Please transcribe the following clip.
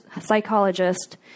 psychologist